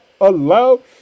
allowed